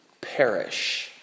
perish